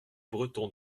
bretons